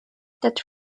that